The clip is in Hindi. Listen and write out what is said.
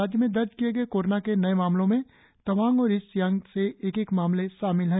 राज्य में दर्ज किए गए कोरोना के नए मामलों में तवांग और ईस्ट सियांग से एक एक मामले शामिल है